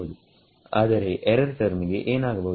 ಆದರೆ ಎರರ್ ಟರ್ಮಿಗೆ ಏನಾಗಬಹುದು